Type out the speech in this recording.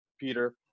Peter